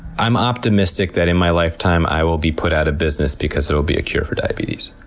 i'm optimistic that in my lifetime i will be put out of business because there will be a cure for diabetes.